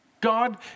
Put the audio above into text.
God